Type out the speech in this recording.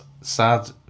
sad